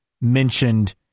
mentioned